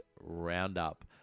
roundup